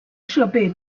设备